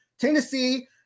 Tennessee